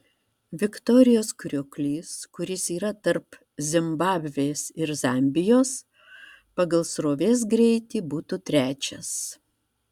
viktorijos krioklys kuris yra tarp zimbabvės ir zambijos pagal srovės greitį būtų trečias